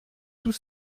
tout